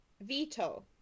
veto